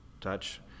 touch